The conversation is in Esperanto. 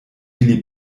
ili